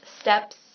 steps